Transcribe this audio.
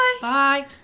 Bye